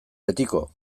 betiko